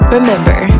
Remember